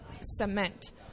cement